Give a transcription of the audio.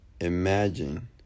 Imagine